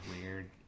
weird